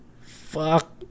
Fuck